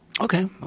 Okay